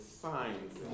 signs